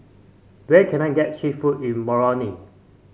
where can I get cheap food in Moroni